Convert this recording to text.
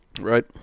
right